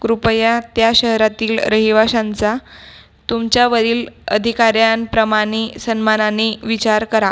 कृपया त्या शहरातील रहिवाशांचा तुमच्यावरील अधिकाऱ्यांप्रमाणे सन्मानाने विचार करा